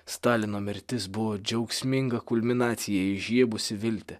stalino mirtis buvo džiaugsminga kulminacija įžiebusi viltį